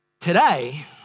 Today